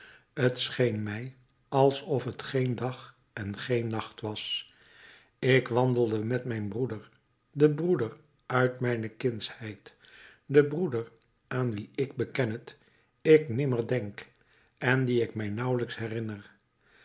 t scheen mij alsof t geen dag en geen nacht was ik wandelde met mijn broeder den broeder uit mijne kindsheid den broeder aan wien ik beken het ik nimmer denk en dien ik mij nauwelijks herinner